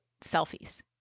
selfies